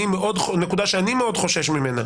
נקודה שאני מאוד חושש ממנה